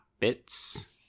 Bits